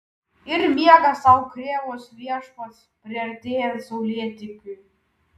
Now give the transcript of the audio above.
ir miega sau krėvos viešpats priartėjant saulėtekiui